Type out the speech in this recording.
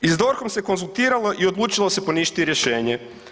I s DORH-om se konzultiralo i odlučilo se poništiti rješenje.